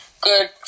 good